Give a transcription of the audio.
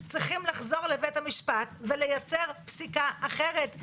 צריכים לחזור לבית המשפט ולייצר פסיקה אחרת,